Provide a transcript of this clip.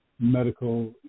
medical